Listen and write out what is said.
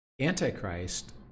Antichrist